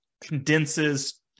condenses